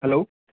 hello